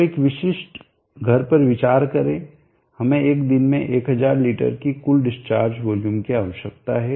तो एक विशिष्ट घर पर विचार करें हमें एक दिन में 1000 लीटर की कुल डिस्चार्ज वॉल्यूम की आवश्यकता है